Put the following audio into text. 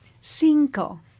cinco